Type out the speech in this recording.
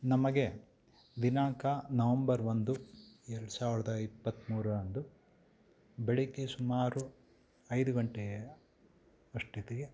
ನಮಗೆ ದಿನಾಂಕ ನವಂಬರ್ ಒಂದು ಎರಡು ಸಾವಿರದ ಇಪ್ಪತ್ತ್ಮೂರರಂದು ಬೆಳಿಗ್ಗೆ ಸುಮಾರು ಐದು ಗಂಟೆಯ ಅಷ್ಟೊತ್ತಿಗೆ